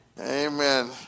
Amen